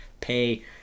pay